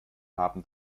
haben